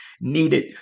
needed